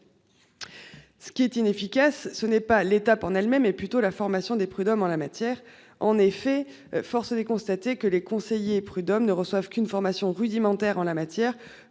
Ce qui est inefficace ce n'est pas l'étape en elles-mêmes est plutôt la formation des prud'hommes en la matière. En effet, force de constater que les conseillers prud'hommes ne reçoivent qu'une formation rudimentaire en la matière.